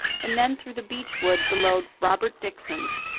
and then through the beech wood below robert dickson's,